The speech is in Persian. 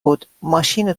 بود، ماشینو